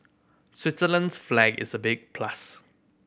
Switzerland's flag is a big plus